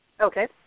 Okay